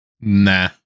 Nah